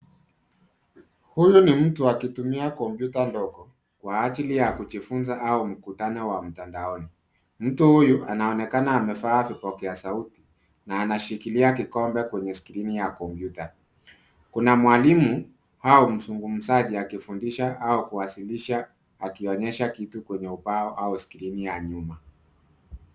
Huyu ni mtu akitumia kompyuta ndogo kwa ajili ya kujifunza au mkutano wa mtandaoni. Mtu huyu anaonekana amevaa vipokea sauti na anashikilia kikombe kwenye skrini ya kompyuta. Kuna mwalimu au mzungumzaji akifundisha au kuwasilisha akionyesha kitu kwenye ubao au skrini ya nyuma.